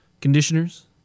conditioners